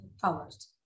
powers